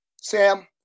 Sam